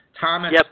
Thomas